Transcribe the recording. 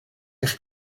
eich